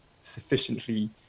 sufficiently